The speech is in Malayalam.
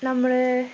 നമ്മള്